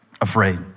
afraid